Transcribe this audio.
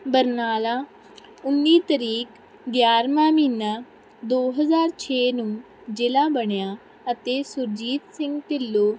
ਬਰਨਾਲਾ ਉੱਨੀ ਤਰੀਕ ਗਿਆਰਵਾਂ ਮਹੀਨਾ ਦੋ ਹਜ਼ਾਰ ਛੇ ਨੂੰ ਜ਼ਿਲ੍ਹਾ ਬਣਿਆ ਅਤੇ ਸੁਰਜੀਤ ਸਿੰਘ ਢਿੱਲੋਂ